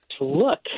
look